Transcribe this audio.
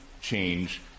change